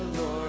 Lord